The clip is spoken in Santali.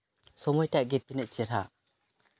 ᱥᱚᱢᱚᱭᱴᱟᱜ ᱜᱮ ᱛᱤᱱᱟᱹᱜ ᱪᱮᱦᱨᱟ